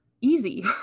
easy